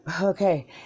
Okay